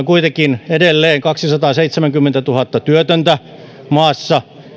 kuitenkin edelleen kaksisataaseitsemänkymmentätuhatta työtöntä maassa